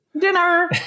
dinner